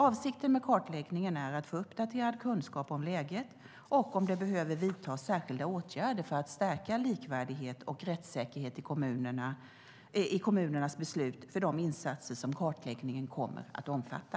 Avsikten med kartläggningen är att få uppdaterad kunskap om läget och om det behöver vidtas särskilda åtgärder för att stärka likvärdighet och rättssäkerhet i kommunernas beslut för de insatser som kartläggningen kommer att omfatta.